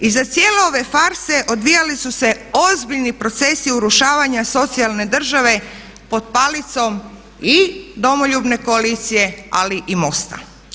I za cijele ove farse odvijali su se ozbiljni procesi urušavanja socijalne države pod palicom i Domoljubne koalicije ali i MOST-a.